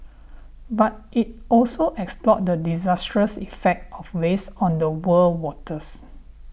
but it also explored the disastrous effect of waste on the world waters